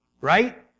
Right